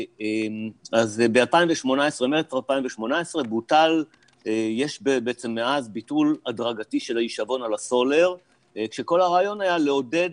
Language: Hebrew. מאז מרץ 2018 יש ביטול הדרגתי של ההישבון על הסולר כשכל הרעיון היה לעודד